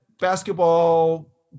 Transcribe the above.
basketball